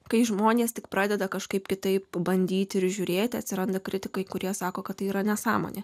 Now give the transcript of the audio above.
kai žmonės tik pradeda kažkaip kitaip bandyti ir žiūrėti atsiranda kritikai kurie sako kad tai yra nesąmonė